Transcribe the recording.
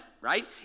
right